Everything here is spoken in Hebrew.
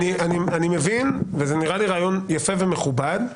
אני מבין וזה נראה לי רעיון יפה ומכובד.